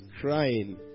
crying